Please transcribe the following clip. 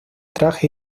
traje